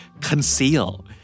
Conceal